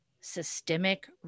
systemic